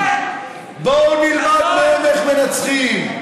יואל, בואו נלמד מהם איך מנצחים.